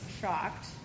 shocked